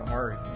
art